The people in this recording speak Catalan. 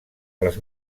les